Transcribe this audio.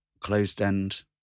closed-end